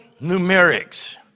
numerics